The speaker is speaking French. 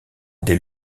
dès